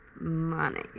money